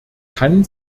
kann